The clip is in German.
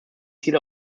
ziel